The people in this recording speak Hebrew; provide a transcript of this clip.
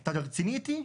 אתה רציני איתי?